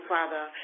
Father